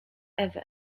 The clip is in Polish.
ewę